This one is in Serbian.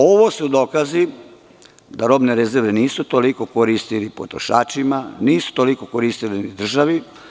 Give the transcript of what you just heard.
Ovo su dokazi da robne rezerve nisu toliko koristile potrošačima, nisu toliko koristile državi.